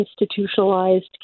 institutionalized